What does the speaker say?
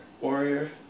Warrior